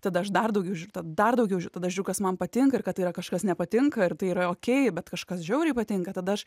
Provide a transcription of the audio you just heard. tada aš dar daugiau žiūriu tada dar daugiau žiūriu tada žiūriu kas man patinka ir kad tai yra kažkas nepatinka ir tai yra okei bet kažkas žiauriai patinka tada aš